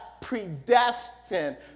predestined